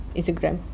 Instagram